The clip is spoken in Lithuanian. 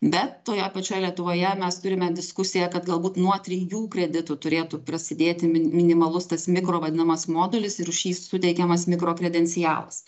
bet toje pačioje lietuvoje mes turime diskusiją kad galbūt nuo trijų kreditų turėtų prasidėti mini minimalus tas mikro vadinamas modulis ir už jį suteikiamas mikro kredencialas